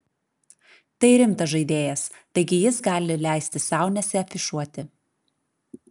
tai rimtas žaidėjas taigi jis gali leisti sau nesiafišuoti